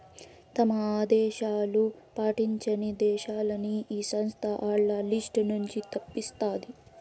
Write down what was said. తమ ఆదేశాలు పాటించని దేశాలని ఈ సంస్థ ఆల్ల లిస్ట్ నుంచి తప్పిస్తాది